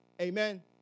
Amen